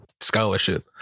scholarship